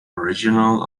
original